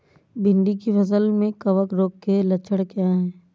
भिंडी की फसल में कवक रोग के लक्षण क्या है?